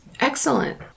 excellent